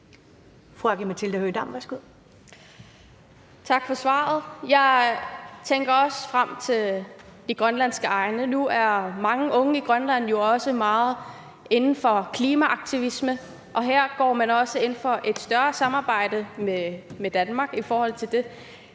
Tak for svaret. Jeg tænker også på de grønlandske egne. Nu er mange unge i Grønland jo også meget inden for klimaaktivisme, og her går man også ind for et større samarbejde med Danmark i forhold til det.